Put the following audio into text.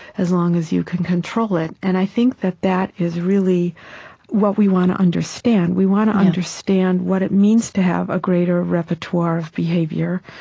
as long as you can control it, and i think that that is really what we want to understand we want to understand what it means to have a greater repertoire of behavior.